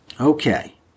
Okay